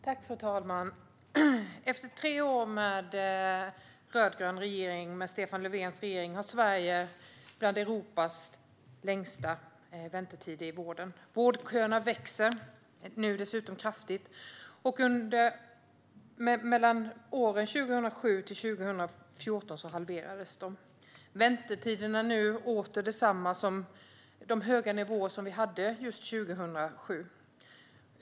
Fru talman! Efter tre år med en rödgrön regering, Stefan Löfvens regering, har Sverige bland Europas längsta väntetider i vården. Vårdköerna växer nu dessutom kraftigt. Mellan 2007 och 2014 halverades de. Väntetiderna är nu åter på samma höga nivåer som vi hade just 2007.